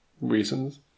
reasons